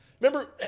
Remember